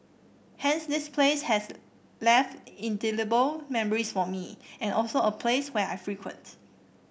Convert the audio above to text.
hence this place has left indelible memories for me and also a place where I frequent